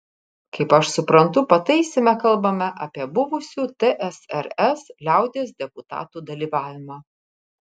kaip aš suprantu pataisyme kalbame apie buvusių tsrs liaudies deputatų dalyvavimą